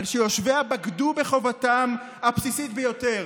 על שיושביה בגדו בחובתם הבסיסית ביותר: